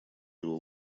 его